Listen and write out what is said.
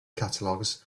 catalogs